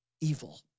evil